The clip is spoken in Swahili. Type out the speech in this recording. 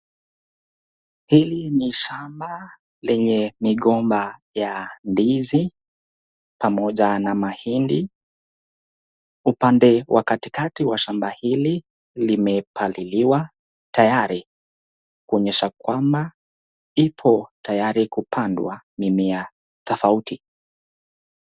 Hili ni shamba lenye ni gomba ya ndizi pamoja na mahindi, upande wa katikati wa shamba hili limepaliliwa tayari kuonyesha kwamba ipo tayari kupandwa mimea tofauti.